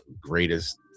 Greatest